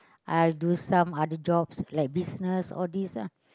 I do some other jobs like business all this ah